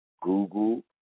Google